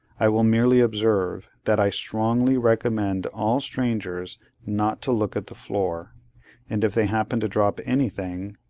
i will merely observe, that i strongly recommend all strangers not to look at the floor and if they happen to drop anything,